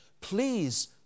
Please